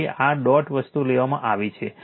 તેથી આ ડોટ વસ્તુ લેવામાં આવી છે